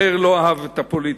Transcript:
מאיר לא אהב את הפוליטיקה,